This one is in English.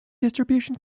distribution